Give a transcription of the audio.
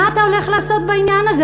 מה אתה הולך לעשות בעניין הזה?